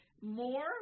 more